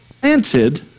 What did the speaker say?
planted